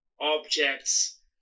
objects